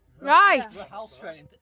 Right